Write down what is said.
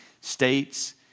states